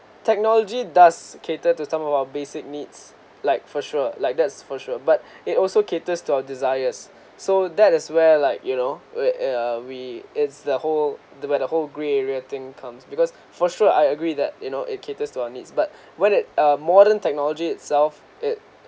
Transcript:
technology does cater to some of our basic needs like for sure like that's for sure but it also caters to our desires so that is where like you know where uh we it's the whole the whole grey thing comes because for sure I agree that you know it caters to our needs but when it a modern technology itself